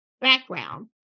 background